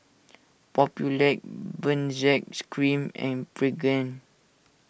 Papulex Benzac Cream and Pregain